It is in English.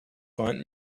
find